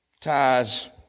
ties